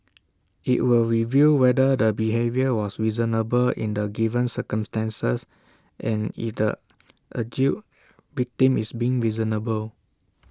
IT will review whether the behaviour was reasonable in the given circumstances and if the alleged victim is being reasonable